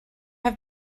have